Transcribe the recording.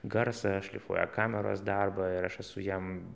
garsą šlifuoja kameros darbą ir aš esu jam